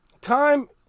Time